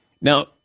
Now